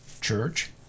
church